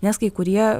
nes kai kurie